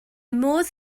modd